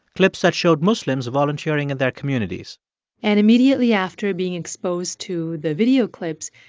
clips that showed muslims volunteering in their communities and immediately after being exposed to the video clips,